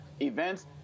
events